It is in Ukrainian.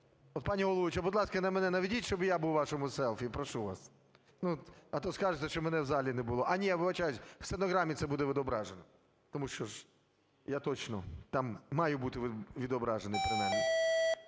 Пані головуюча, будь ласка, і на мене наведіть, щоб я був у вашому селфі, прошу вас. Ну от, а то скажете, що мене в залі не було. А ні, вибачаюсь, в стенограмі це буде відображено. Тому що ж я точно там маю бути відображений, принаймні.